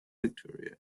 victoria